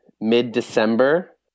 mid-december